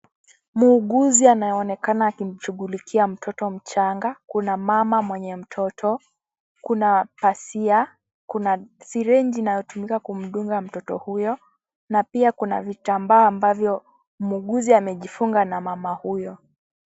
Muuguzi anaonekana akimshughulikia mtoto mchanga. Kuna mama mwenye mtoto, kuna pasia, kuna sireji inayotumika kumdunga mtoto huyo na pia kuna vitambaa ambavyo muuguzi amejifunga na mama huyo.